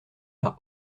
par